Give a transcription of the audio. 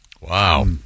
Wow